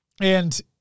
And-